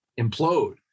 implode